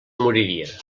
moriria